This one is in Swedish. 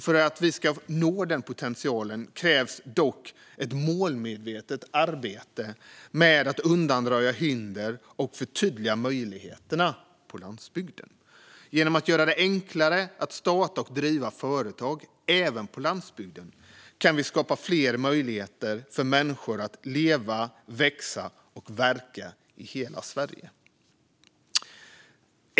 För att nå denna potential krävs dock ett målmedvetet arbete med att undanröja hinder och förtydliga möjligheterna på landsbygden. Genom att göra det enklare att starta och driva företag även på landsbygden kan vi skapa fler möjligheter för människor att leva, växa och verka i hela Sverige.